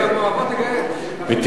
את